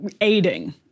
aiding